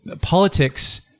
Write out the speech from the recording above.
politics